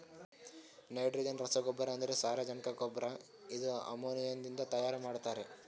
nitrogen ರಸಗೊಬ್ಬರ ಅಂದ್ರ ಸಾರಜನಕ ಗೊಬ್ಬರ ಇದು ಅಮೋನಿಯಾದಿಂದ ತೈಯಾರ ಮಾಡ್ತಾರ್